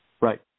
Right